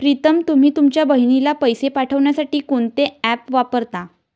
प्रीतम तुम्ही तुमच्या बहिणीला पैसे पाठवण्यासाठी कोणते ऍप वापरता?